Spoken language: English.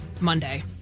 Monday